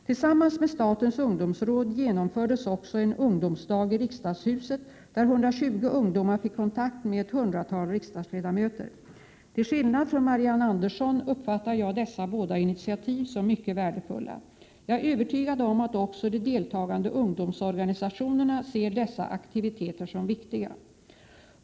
Tillsammans med statens ungdomsråd genomfördes också en ungdomsdag i riksdagshuset där 120 ungdomar fick kontakt med ett hundratal riksdagsledamöter. Till skillnad från Marianne Andersson uppfattar jag dessa båda initiativ som mycket värdefulla. Jag är övertygad om att också de deltagande ungdomsorganisationerna ser dessa aktiviteter som viktiga.